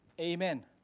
Amen